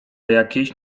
jakiejś